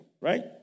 right